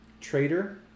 Trader